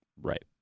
Right